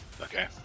Okay